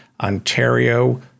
Ontario